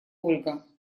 ольга